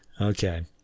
Okay